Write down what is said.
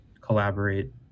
collaborate